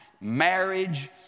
marriage